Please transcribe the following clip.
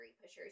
pushers